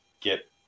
get